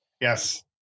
Yes